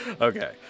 Okay